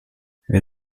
wir